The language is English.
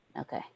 Okay